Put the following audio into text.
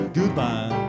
goodbye